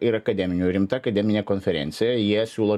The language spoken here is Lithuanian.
ir akademinių rimta akademinė konferencija jie siūlo